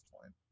point